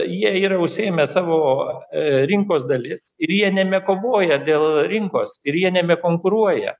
jie yra užsiėmę savo rinkos dalis ir jie nemekovoja dėl rinkos ir jie nekonkuruoja